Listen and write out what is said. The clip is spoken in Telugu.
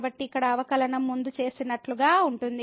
కాబట్టి ఇక్కడ అవకలనం ముందు చేసినట్లుగా ఉంటుంది